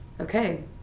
okay